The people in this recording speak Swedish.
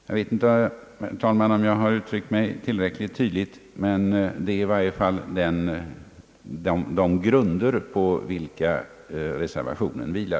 Jag vet inte om jag har uttryckt mig tillräckligt tydligt, herr talman, men detta är i varje fall de grunder på vilka reservationen vilar.